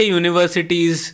universities